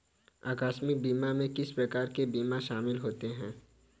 आकस्मिक बीमा में किस प्रकार के बीमा शामिल होते हैं?